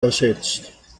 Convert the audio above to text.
ersetzt